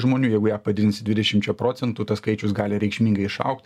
žmonių jeigu ją pavadinsi dvidešimčia procentų tas skaičius gali reikšmingai išaugt